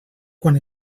quan